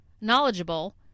Knowledgeable